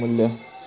मू्ल्य